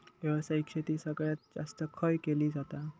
व्यावसायिक शेती सगळ्यात जास्त खय केली जाता?